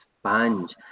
sponge